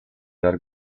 dar